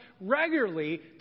regularly